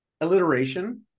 alliteration